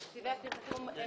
תקציבי הפרסום הם